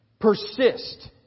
persist